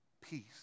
peace